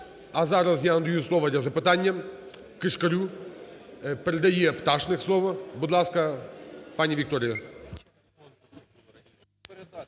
А зараз я надаю слово для запитання Кишкарю. Передає Пташник слово. Будь ласка, пані Вікторія.